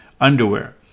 Underwear